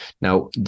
now